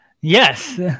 Yes